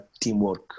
teamwork